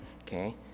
okay